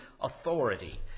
authority